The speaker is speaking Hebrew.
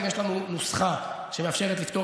אנחנו,